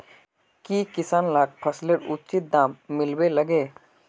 की किसान लाक फसलेर उचित दाम मिलबे लगे?